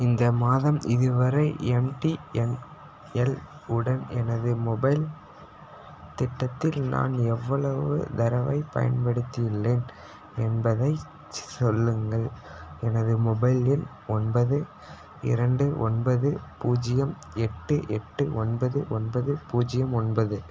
இந்த மாதம் இதுவரை எம்டிஎன்எல் உடன் எனது மொபைல் திட்டத்தில் நான் எவ்வளவு தரவைப் பயன்படுத்தியுள்ளேன் என்பதைச் சொல்லுங்கள் எனது மொபைல் எண் ஒன்பது இரண்டு ஒன்பது பூஜ்ஜியம் எட்டு எட்டு ஒன்பது ஒன்பது பூஜ்ஜியம் ஒன்பது